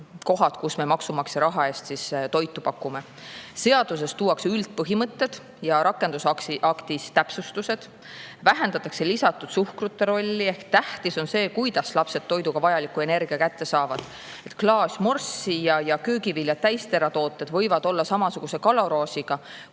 kus me maksumaksja raha eest toitu pakume. Seaduses tuuakse üldpõhimõtted ja rakendusaktis täpsustused. Vähendatakse lisatud suhkru rolli, ehk tähtis on see, kuidas lapsed toiduga vajaliku energia kätte saavad. Klaas morssi ja köögiviljad ja täisteratooted võivad olla samasuguse kaloraažiga,